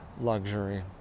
luxury